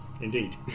Indeed